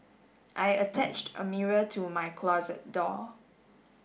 I attached a mirror to my closet door